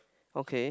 okay